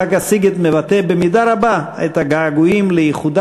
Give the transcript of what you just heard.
חג הסיגד מבטא במידה רבה את הגעגועים לאיחודה